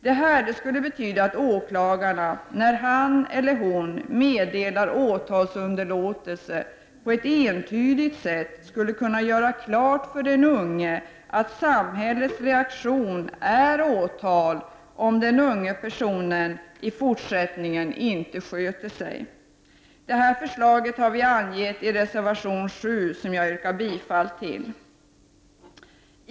Det skulle betyda att åklagaren, när han eller hon meddelar åtalsunderlåtelse, på ett entydigt sätt skulle göra klart för den unge att samhällets reaktion är åtal, om den unge i fortsättningen inte sköter sig. Detta förslag har vi angivit i reservation nr 7, som jag yrkar bifall till.